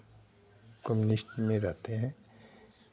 communist में रहते हैं